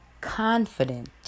confident